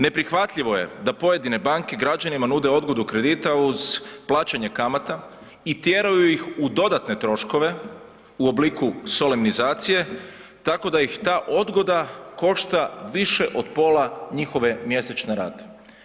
Neprihvatljivo je da pojedine banke građanima nude odgodu kredita uz plaćanje kamata i tjeraju ih u dodatne troškove u obliku solemnizacije tako da ih ta odgoda košta više od pola njihove mjesečne rate.